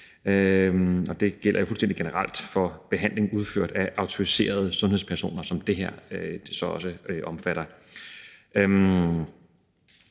Det gælder jo fuldstændig generelt for behandling udført af autoriserede sundhedspersoner, som det her så også omfatter.